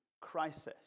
crisis